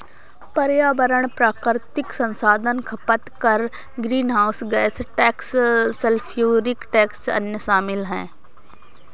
पर्यावरण प्राकृतिक संसाधन खपत कर, greenhouse gas tax, sulphuric tax, अन्य शामिल हैं